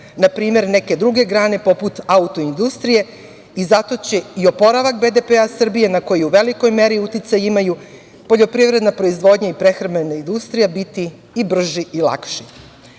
na primer neke druge grane, poput auto industrije i zato će i oporavak BDP-a Srbije, na koju u velikoj meri uticaj imaju poljoprivredna proizvodnja i prehrambena industrija biti i brži i lakši. To